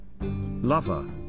Lover